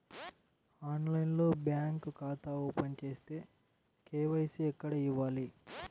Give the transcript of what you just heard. ఆన్లైన్లో బ్యాంకు ఖాతా ఓపెన్ చేస్తే, కే.వై.సి ఎక్కడ ఇవ్వాలి?